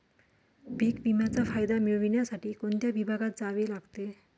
पीक विम्याचा फायदा मिळविण्यासाठी कोणत्या विभागात जावे लागते?